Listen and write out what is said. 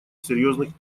серьезных